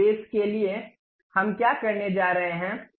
उस उद्देश्य के लिए हम क्या करने जा रहे हैं